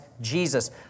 Jesus